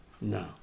No